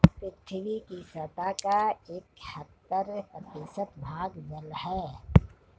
पृथ्वी की सतह का इकहत्तर प्रतिशत भाग जल है